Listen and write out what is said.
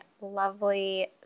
lovely